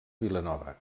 vilanova